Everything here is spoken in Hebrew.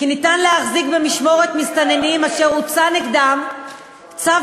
כי ניתן להחזיק במשמורת מסתננים אשר הוצא נגדם צו